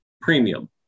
premium